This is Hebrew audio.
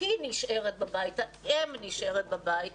היא נשארת בבית, האם נשארת בבית,